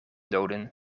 doden